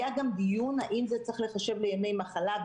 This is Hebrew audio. היה גם דיון האם זה צריך להיחשב לימי מחלה,